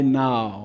now